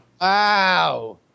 Wow